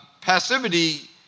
passivity